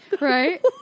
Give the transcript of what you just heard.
Right